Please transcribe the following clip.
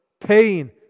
Pain